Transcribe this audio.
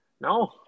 No